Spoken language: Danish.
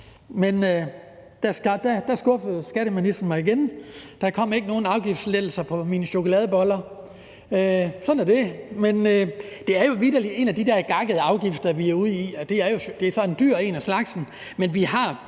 Men der skuffede skatteministeren mig igen, for der kom ikke nogen afgiftslettelser på mine chokoladeboller. Sådan er det. Det er jo vitterlig en af de der gakkede afgifter, vi er ude i, og det er så en dyr en af slagsen, men vi har